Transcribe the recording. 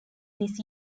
this